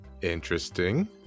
Interesting